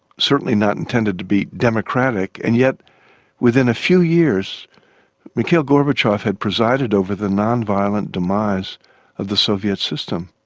certainly not intended to be democratic, and yet within a few years mikhail gorbachev had presided over the non-violent demise of the soviet system.